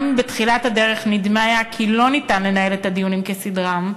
גם אם בתחילת הדרך נדמה היה כי לא ניתן לנהל את הדיונים כסדרם,